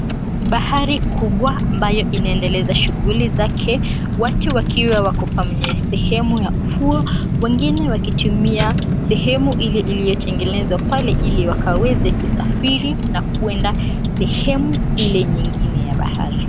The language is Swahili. Bahari kubwa ambayo inaendeleza shughuli zake, watu wakiwa wako kwenye sehemu ya ufuo wengine wakitumia sehemu ile iliyotengenezwa pale ili wakaweze kusafiri na kuenda sehemu ile nyingine ya bahari.